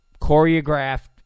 choreographed